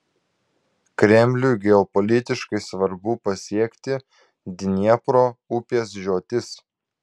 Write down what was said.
kremliui geopolitiškai svarbu pasiekti dniepro upės žiotis